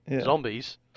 Zombies